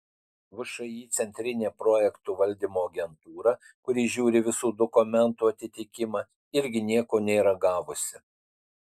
všį centrinė projektų valdymo agentūra kuri žiūri visų dokumentų atitikimą irgi nieko nėra gavusi